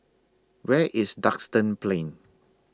Where IS Duxton Plain